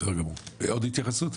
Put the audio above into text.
בסדר גמור, עוד התייחסות?